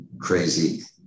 crazy